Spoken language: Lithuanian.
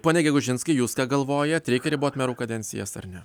pone gegužinskai jūs ką galvojat reikia ribot merų kadencijas ar ne